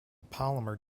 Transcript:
polymer